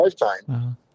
lifetime